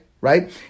right